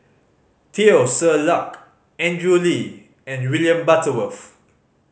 Teo Ser Luck Andrew Lee and William Butterworth